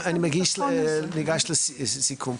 ניגש לסיכום.